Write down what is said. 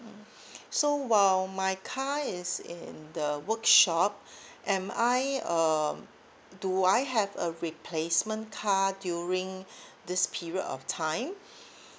so um my car is in the workshop am I um do I have a replacement car during this period of time